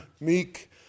meek